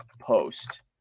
post